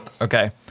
Okay